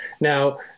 Now